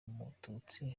umututsi